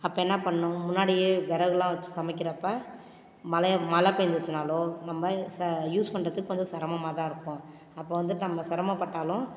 அப்போ என்ன பண்ணும் முன்னாடியே விறகலாம் வச்சு சமைக்கிறப்ப மழை மழை பேஞ்சுச்சினாலோ நம்ம ச யூஸ் பண்ணுறதுக்கு கொஞ்சம் சிரமமா தான் இருக்கும் அப்போ வந்துட்டு நம்ம சிரமப்பட்டாலும்